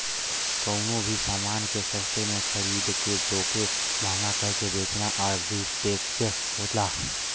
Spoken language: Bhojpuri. कउनो भी समान के सस्ते में खरीद के वोके महंगा करके बेचना आर्बिट्रेज होला